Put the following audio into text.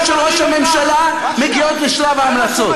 של ראש הממשלה מגיעות לשלב ההמלצות.